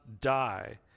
die